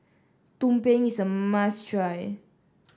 Tumpeng is a must try